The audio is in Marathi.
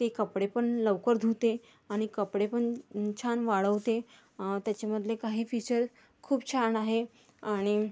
ते कपडे पण लवकर धुते आणि कपडे पण छान वाळवते त्याच्यामधले काही फीचर खूप छान आहे आणि